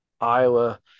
Iowa